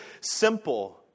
simple